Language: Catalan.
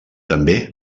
també